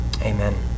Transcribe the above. Amen